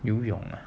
游泳呢